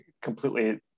completely